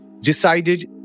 Decided